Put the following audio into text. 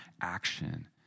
action